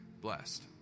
blessed